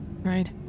right